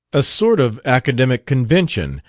a sort of academic convention,